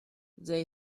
they